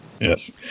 Yes